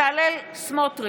עיסאווי